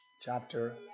chapter